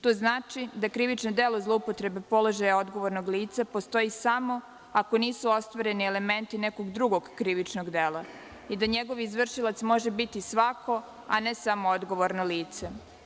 To znači da krivično delo zloupotrebe položaja odgovornog lica postoji samo ako nisu ostvareni elementi nekog drugog krivičnog dela i da njegov izvršilac može biti svako, a ne samo odgovorno lice.